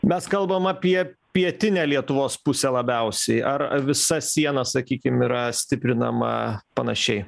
mes kalbam apie pietinę lietuvos pusę labiausiai ar visa siena sakykim yra stiprinama panašiai